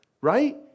right